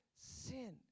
sin